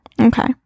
okay